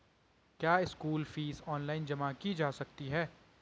क्या school fees online जमा की जा सकती है?